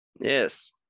Yes